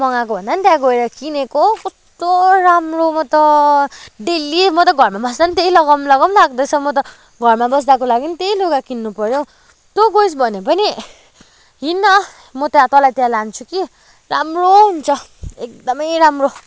मगाएको भन्दा पनि त्यहाँ गएर किनेको कस्तो राम्रो म त डेली म त घरमा बस्दा पनि त्यही लगाउँ लगाउँ लाग्दैछ म त घरमा बस्दाको लागि पनि त्यही लुगा किन्नु पऱ्यो तँ गइस भने पनि हिँड न म तलाई त्यहाँ लान्छु कि राम्रो हुन्छ एकदमै राम्रो